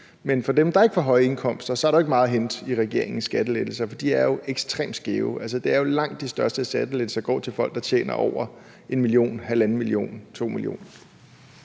men for dem, der ikke har høje indkomster, er der ikke meget at hente i regeringens skattelettelser, for de er jo ekstremt skæve. Det er jo langt de største skattelettelser, der går til folk, der tjener over 1 mio. kr, 1,5 mio. kr., 2 mio.